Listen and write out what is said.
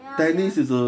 ya ya